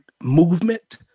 movement